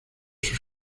sus